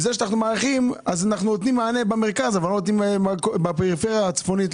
אנחנו מאריכים וזה נותן מענה במרכז אבל לא בפריפריה הצפונית,